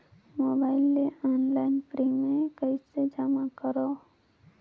Mobile ले online premium कइसे जमा करों?